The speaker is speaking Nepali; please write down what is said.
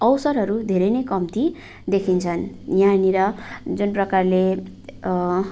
अवसरहरू धेरै नै कम्ती देखिन्छन् यहाँनेर जुन प्रकारले